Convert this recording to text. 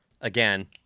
again